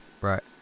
right